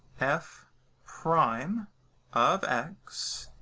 f prime of x,